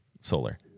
solar